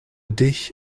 dich